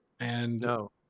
No